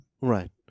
Right